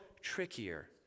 trickier